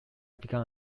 began